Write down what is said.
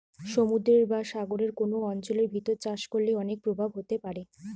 সমুদ্রের বা সাগরের কোন অঞ্চলের ভিতর চাষ করলে অনেক প্রভাব হতে পারে